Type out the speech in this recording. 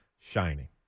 shining